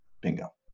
bingo